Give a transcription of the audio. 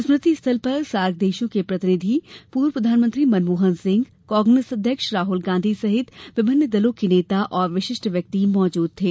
स्मृति स्थल सार्क देशों के प्रतिनिधि पूर्व प्रधानमंत्री मनमोहन सिंह कांग्रेस अध्यक्ष राहुल गांधी सहित विभिन्न दलों के नेता और विशिष्ट व्यक्ति भी मौजूद थे